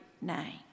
name